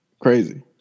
Crazy